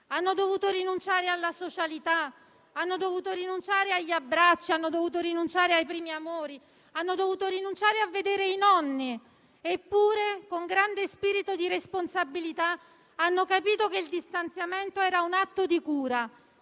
hanno dovuto rinunciare alla socialità, agli abbracci, ai primi amori; hanno dovuto rinunciare a vedere i nonni. Eppure, con grande spirito di responsabilità, hanno capito che il distanziamento era un atto di cura,